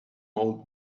old